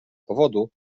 powodu